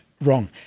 wrong